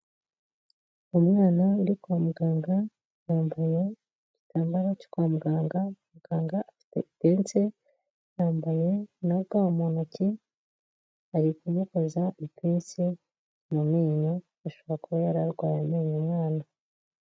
Umwana uri kwa muganga yambaye igitambaro cyo kwa muganga, muganga afite pense yambaye na ga mu ntoki. Ari kumukoza ipense mu menyo, ashobora kuba yari arwaye amenyo umwana.